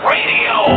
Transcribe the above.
Radio